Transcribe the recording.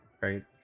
right